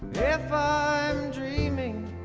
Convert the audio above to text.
if ah i'm dreaming